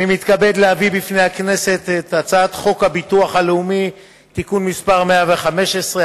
אני מתכבד להביא בפני הכנסת את הצעת חוק הביטוח הלאומי (תיקון מס' 115),